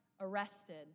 arrested